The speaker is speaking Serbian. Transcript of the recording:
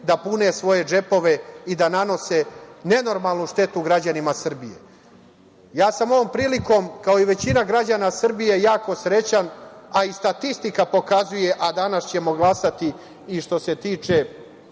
da pune svoje džepove i da nanose nenormalnu štetu građanima Srbije. Ja sam ovom prilikom, kao i većina građana Srbije jako srećan, jer danas ćemo glasati za najnoviji